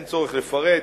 אין צורך לפרט,